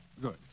Good